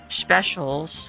specials